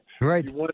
Right